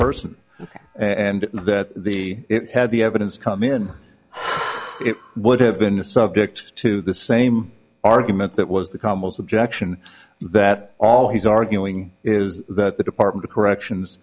person and that he had the evidence come in it would have been a subject to the same argument that was the commas objection that all he's arguing is that the department of corrections